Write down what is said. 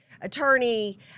attorney